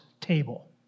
table